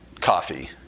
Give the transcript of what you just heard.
coffee